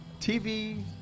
TV